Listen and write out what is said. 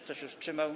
Kto się wstrzymał?